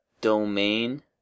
domain